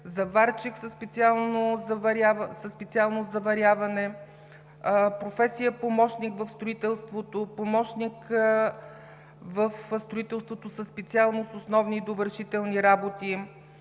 заварчик – специално заваряване; професия на помощник в строителството; помощник в строителството със специалност „Основни и довършителни работи“;